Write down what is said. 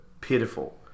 pitiful